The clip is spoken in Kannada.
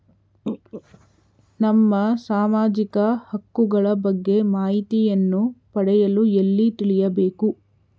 ನಮ್ಮ ಸಾಮಾಜಿಕ ಹಕ್ಕುಗಳ ಬಗ್ಗೆ ಮಾಹಿತಿಯನ್ನು ಪಡೆಯಲು ಎಲ್ಲಿ ತಿಳಿಯಬೇಕು?